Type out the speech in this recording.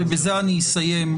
ובזה אני אסיים,